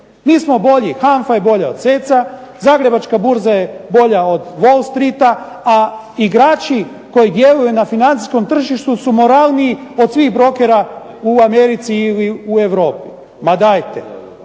Mi smo bolji, HANFA je bolja od SEC-a, Zagrebačka burza je bolja od Wall streeta, a igrači koji djeluju na financijskom tržištu su moralniji od svih brokera u Americi i u Europi. Ma dajte!